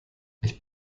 ich